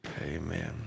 amen